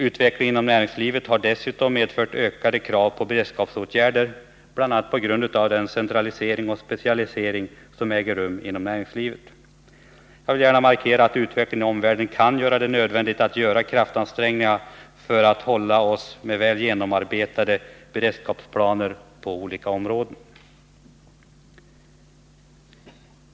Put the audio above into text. Utvecklingen inom näringslivet har dessutom medfört ökade krav på beredskapsåtgärder, bl.a. på grund av den centralisering och specialisering som äger rum inom näringslivet. Jag vill gärna markera att utvecklingen i omvärlden kan göra det nödvändigt att göra kraftansträngningar för att hålla oss med väl genomarbetade beredskapsplaner på olika områden.